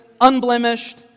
unblemished